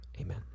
Amen